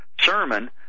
sermon